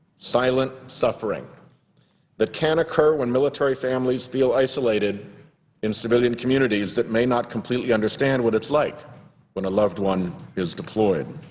silent suffering that can occur when military families feel isolated in civilian communities that may not completely understand what it's like when a loved one is deployed.